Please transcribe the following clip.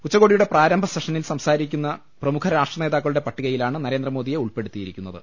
ഉച്ചകോടിയുടെ പ്രാരംഭ സെഷനിൽ സംസാരിക്കുന്നു പ്രമുഖ രാഷ്ട്ര നേതാക്ക ളുടെ പട്ടികയിലാണ് നരേന്ദ്രമോദിയെ ഉൾപ്പെടുത്തിയിരിക്കുന്ന ത്